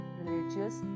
religious